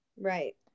Right